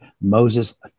Moses